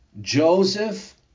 Joseph